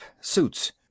Suits